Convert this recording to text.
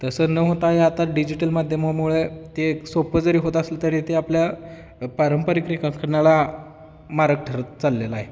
तसं न होता आता डिजिटल माध्यममुळे ते सोपं जरी होत असेल तरी ते आपल्या पारंपरिक रेखाटनाला मारक ठरत चाललेला आहे